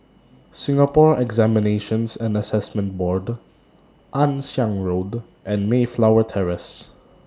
Singapore Examinations and Assessment Board Ann Siang Road and Mayflower Terrace